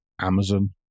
Amazon